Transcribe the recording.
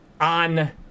on